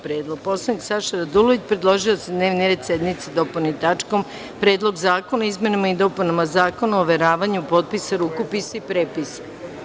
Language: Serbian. Narodni poslanik Saša Radulović predložio je da se dnevni red sednice dopuni tačkom – Predlog zakona o izmenama i dopunama Zakona o overavanju potpisa, rukopisa i prepisa.